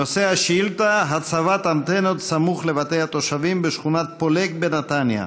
נושא השאילתה: הצבת אנטנות סמוך לבתי התושבים בשכונת פולג בנתניה.